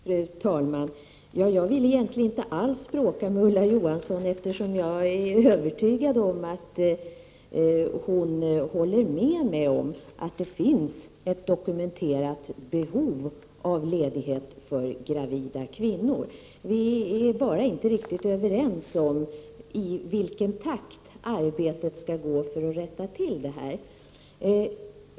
Fru talman! Jag vill egentligen inte alls bråka med Ulla Johansson, eftersom jag är övertygad om att hon håller med mig om att det finns ett dokumenterat behov av ledighet för gravida kvinnor. Vi är bara inte riktigt överens om i vilken takt arbetet för att rätta till detta skall gå.